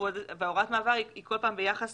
הוראת המעבר היא כל פעם ביחס